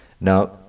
Now